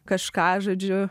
kažką žodžiu